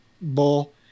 bull